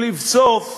ולבסוף,